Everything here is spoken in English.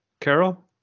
Carol